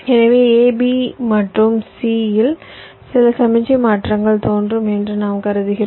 எனவே a b மற்றும் c இல் சில சமிக்ஞை மாற்றங்கள் தோன்றும் என்று நாம் கருதுகிறோம்